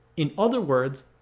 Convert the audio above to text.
in other words,